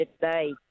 today